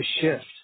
shift